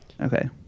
Okay